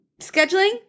scheduling